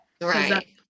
Right